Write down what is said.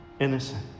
innocent